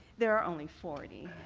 there are only forty.